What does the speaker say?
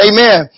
Amen